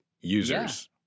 users